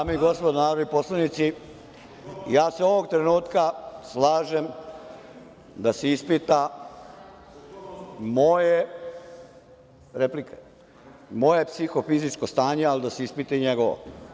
Dame i gospodo narodni poslanici, ja se ovog trenutka slažem da se ispita moje psihofizičko stanje, ali da se ispita i njegovo.